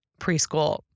preschool